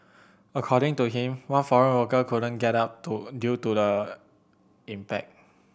according to him one foreign worker couldn't get up to due to the impact